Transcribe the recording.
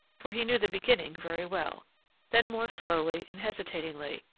for he knew the beginning very well then more slowly and hesitatingly,